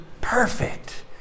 perfect